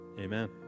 Amen